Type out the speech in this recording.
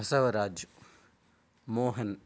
Basavaraj Mohan